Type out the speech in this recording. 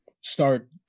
start